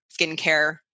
skincare